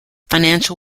financial